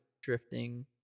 drifting